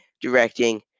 directing